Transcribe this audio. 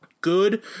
good